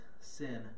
sin